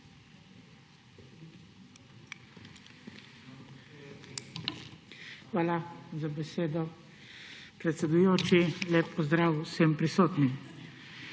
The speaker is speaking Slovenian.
Hvala za besedo, predsedujoči. Lep pozdrav vsem prisotnim!